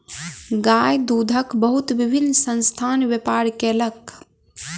गाय दूधक बहुत विभिन्न संस्थान व्यापार कयलक